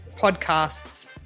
podcasts